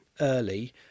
early